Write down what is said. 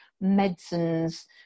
medicines